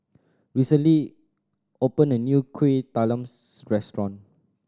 recently opened a new Kueh Talam restaurant